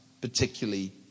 particularly